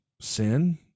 sin